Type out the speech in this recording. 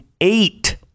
eight